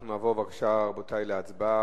אנחנו נעבור, רבותי, להצבעה.